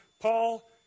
Paul